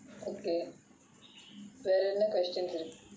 okayay வேற என்ன:vera enna question இருக்கு:irukku